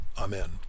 Amen